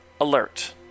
alert